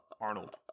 Arnold